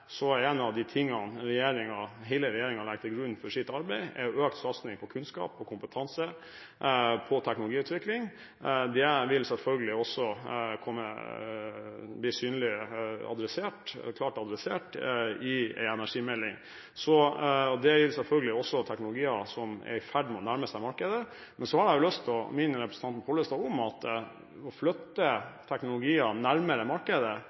er en av de tingene hele regjeringen legger til grunn for sitt arbeid, økt satsing på kunnskap og kompetanse – på teknologiutvikling. Det vil selvfølgelig også bli klart adressert i en energimelding. Det gjelder selvfølgelig også teknologier som er i ferd med å nærme seg markedet. Så har jeg lyst til å minne representanten Pollestad om at vi allerede bruker store ressurser på å flytte teknologier nærmere markedet–